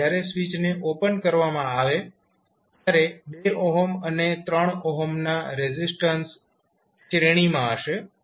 હવે જ્યારે સ્વીચને ઓપન કરવામાં આવે ત્યારે 2 અને 3 ના રેઝિસ્ટન્સ શ્રેણીમાં હશે